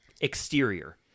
Exterior